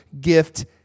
gift